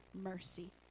mercy